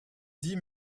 dis